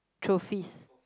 trophies